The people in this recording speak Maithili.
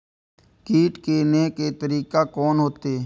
कीट के ने हे के तरीका कोन होते?